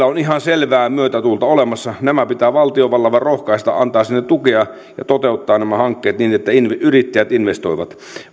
on ihan selvää myötätuulta olemassa näitä pitää valtiovallan vain rohkaista antaa sinne tukea ja toteuttaa nämä hankkeet niin että yrittäjät investoivat